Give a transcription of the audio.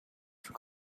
for